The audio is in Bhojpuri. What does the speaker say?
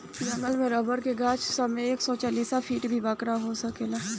जंगल में रबर के गाछ सब एक सौ चालीस फिट से भी बड़का हो सकेला